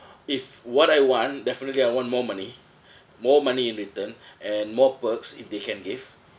if what I want definitely I want more money more money in return and more perks if they can give